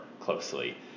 closely